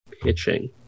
pitching